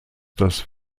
das